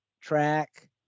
track